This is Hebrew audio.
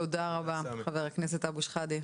תודה רבה, חבר הכנסת אבו שחאדה.